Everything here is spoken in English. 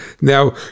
now